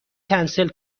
کنسل